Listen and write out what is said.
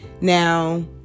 Now